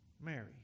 Mary